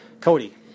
Cody